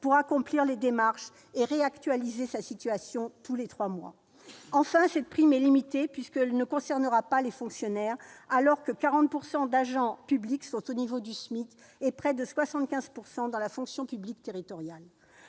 pour accomplir diverses démarches et réactualiser sa situation tous les trois mois ! Enfin, cette prime est limitée, puisqu'elle ne concernera pas les fonctionnaires. Or 40 % d'agents publics sont au niveau du SMIC ; dans la fonction publique territoriale,